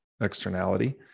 externality